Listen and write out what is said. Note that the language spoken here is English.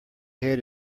head